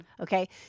Okay